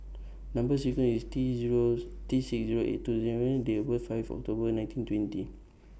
Number sequence IS T zeros T six eight two seven Date birth five October nineteen twenty